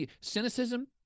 Cynicism